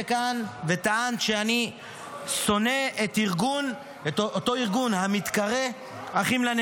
ותחזור לדיון בוועדת הפנים והגנת הסביבה להכנתה לקריאה השנייה והשלישית.